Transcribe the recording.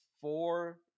four